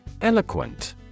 Eloquent